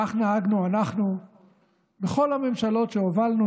כך נהגנו אנחנו בכל הממשלות שהובלנו.